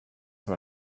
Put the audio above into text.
what